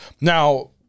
Now